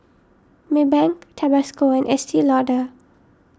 Maybank Tabasco and Estee Lauder